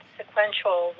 sequential